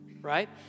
right